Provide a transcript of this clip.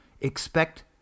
expect